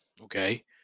okay